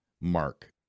mark